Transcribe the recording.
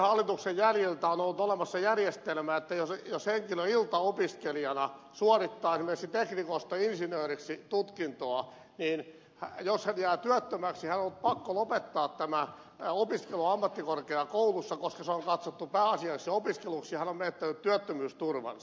edellisen hallituksen jäljiltä on ollut olemassa järjestelmä että jos henkilö iltaopiskelijana suorittaa esimerkiksi teknikosta insinööriksi tutkintoa niin jos hän jää työttömäksi hänen on ollut pakko lopettaa tämä opiskelu ammattikorkeakoulussa koska se on katsottu pääasialliseksi opiskeluksi ja hän on menettänyt työttömyysturvansa